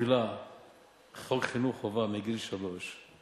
מובילה חוק חינוך חובה מגיל שלוש,